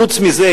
חוץ מזה,